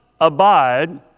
abide